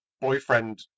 boyfriend